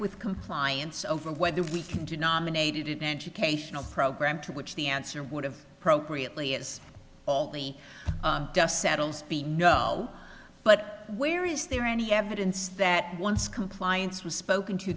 with compliance over whether we can do nominated an educational program to which the answer would have appropriate leah's all the dust settles be no but where is there any evidence that once compliance was spoken to